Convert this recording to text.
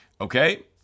Okay